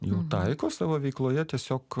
jau taiko savo veikloje tiesiog